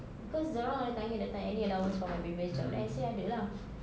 because dia orang ada tanya that time any allowance for my previous job then I say ada lah